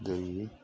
ꯑꯗꯒꯤ